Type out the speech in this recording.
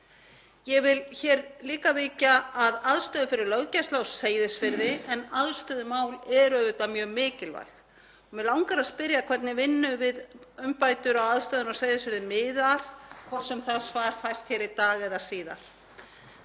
Ég vil hér líka víkja að aðstöðu fyrir löggæslu á Seyðisfirði en aðstöðumál eru auðvitað mjög mikilvæg. Mig langar að spyrja hvernig vinnu við umbætur á aðstöðunni á Seyðisfirði miðar, hvort sem það svar fæst hér í dag eða síðar.